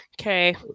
Okay